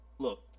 Look